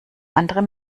andere